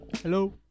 Hello